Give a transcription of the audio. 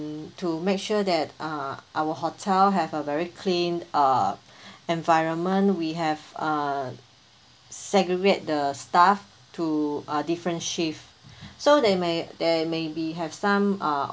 to make sure that uh our hotel have a very clean uh environment we have uh segregate the staff to a different shift so there may there maybe have some uh